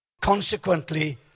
Consequently